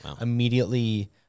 immediately